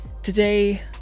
Today